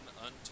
unto